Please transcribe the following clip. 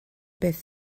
beth